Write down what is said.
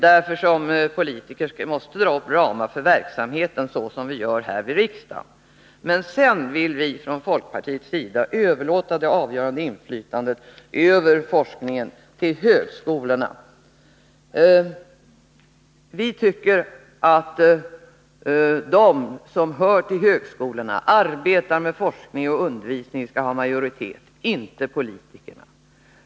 Därför måste politiker fastställa ramar för verksamheten, så som vi gör här i riksdagen. Men det avgörande inflytandet över forskningen vill vi i folkpartiet överlåta på högskolorna. Vi tycker att de som hör till högskolorna, som arbetar med forskning och undervisning skall ha majoritet, inte politikerna.